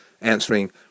answering